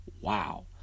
Wow